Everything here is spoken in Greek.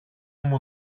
μου